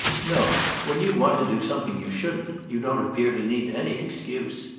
no. when you want to do something you shouldn't you don't appear to need any excuse.